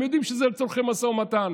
הם יודעים שזה לצורכי משא ומתן.